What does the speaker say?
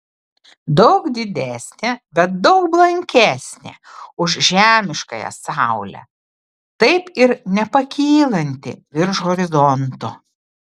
daug didesnė bet daug blankesnė už žemiškąją saulę taip ir nepakylanti virš horizonto